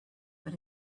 but